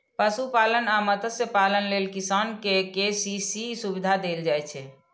पशुपालन आ मत्स्यपालन लेल किसान कें के.सी.सी सुविधा देल जाइ छै